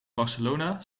barcelona